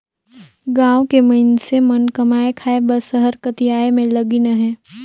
गाँव कर मइनसे मन कमाए खाए बर सहर कती आए में लगिन अहें